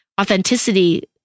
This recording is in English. authenticity